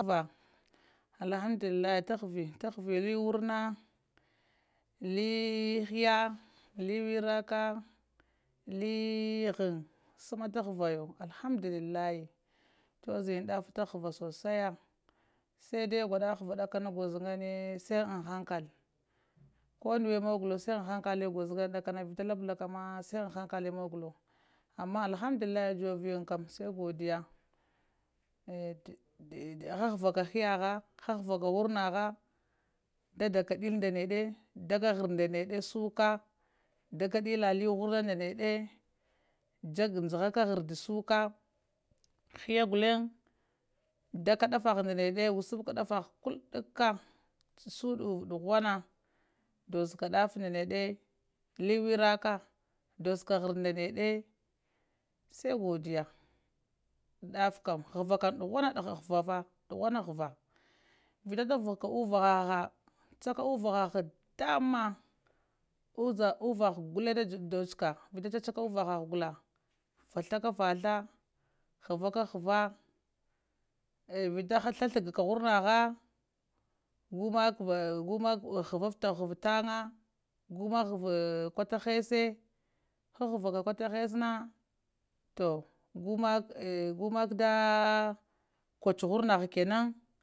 Alhamdulillahi ta həvaya, tahavili wurna li huya li wiraka li ghəŋ səma tahayayo alhamdulillahi toziyan daffa tahava sosai sai dai gwaɗa həva ɗakana gozo ŋgane sai janhakle ko nuwe mugəlow sai ghankale gozo ngane ɗakana fita labləka ma sai aŋhankal muglo ama alhamdulillahi joviyaŋ kəm sai godiya habəva kahiya ha hahəvaka warna ga dadaka ɗilli ndane daka ta hardi ndanede suka daka li dilla warna ndane dzaka hərdi suka, hiya guleŋ daka ɗaffa ha ndane uwsapta kurɗuka suɗkuvu ɗughwana dozka ɗah nɗa nede liwaraka douska hardi ndan ɗe sai godiya daff kəm həva kəm dughwana ghəva ta ɗughwana həva vita haghəva ka uvahaha chaka uvahaha damma uvaha uvaha gulleŋ datska vita cacaka uvaha gulla vasiaka vathasi hava a hava havaka hava vita tha, athagaka warnaha gumaka haupta tanga gumaka havapta kuta hesse hahava kutana gumaka kwacha gurnaka kenan